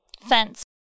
Fence